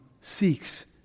seeks